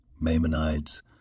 Maimonides